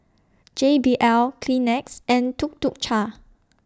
J B L Kleenex and Tuk Tuk Cha